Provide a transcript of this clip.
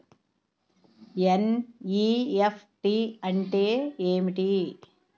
NEFT అంటే ఏమిటి?